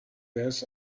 this